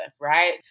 right